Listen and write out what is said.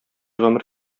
гомер